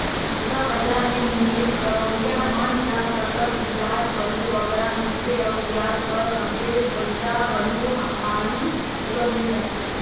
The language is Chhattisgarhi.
मुद्रा बजार में निवेस करोइया मन ल सरलग बियाज घलो बगरा मिलथे अउ बियाज कर संघे पइसा घलो हालु सुग्घर मिल जाथे